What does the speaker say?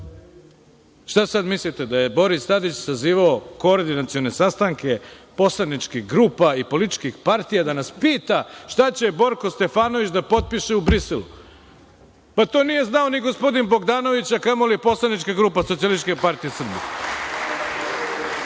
Šta sada mislite da je Boris Tadić sazivao koordinacione sastanke poslaničkih grupa i političkih partija da nas pita šta će Borko Stefanović da potpiše u Briselu. Pa, to nije znao ni gospodin Bogdanović, a kamo li poslanička grupa SPS.Pa, Vuk Jeremić